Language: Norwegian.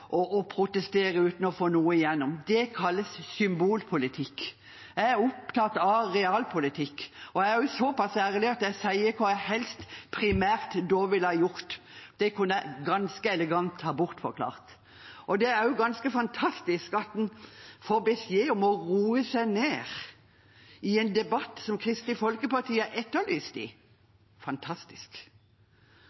plenen og protestere uten å få noe igjennom, det kalles symbolpolitikk. Jeg er opptatt av realpolitikk, og jeg er såpass ærlig at jeg sier hva jeg helst primært da ville ha gjort. Det kunne jeg ganske elegant ha bortforklart. Det er også ganske fantastisk at man får beskjed om å roe seg ned i en debatt som Kristelig Folkeparti er etterlyst i.